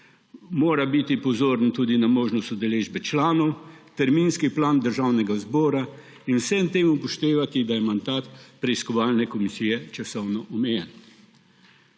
mora biti pozoren tudi na možnost udeležbe članov, terminski plan Državnega zbora in ob vsem tem upoštevati, da je mandat preiskovalne komisije časovno omejen.